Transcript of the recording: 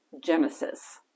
Genesis